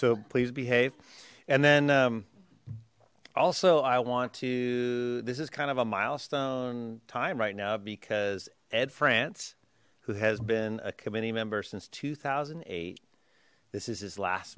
so please behave and then also i want to this is kind of a milestone time right now because ed france who has been a committee member since two thousand and eight this is his last